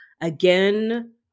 Again